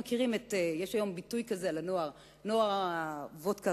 יש היום ביטוי כזה על הנוער: נוער הוודקה-רדבול.